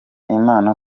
imana